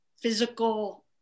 physical